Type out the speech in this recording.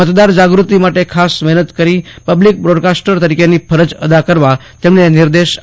મતદાર જાગૃતિ માટે ખાસ મહેનત કરી પબ્લિક બ્રોડકાસ્ટર તરીકેની ફરજ અદા કરવા તેમણે સૌને નિર્દેશ આપ્યા ફતા